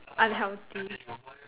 unhealthy